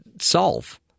solve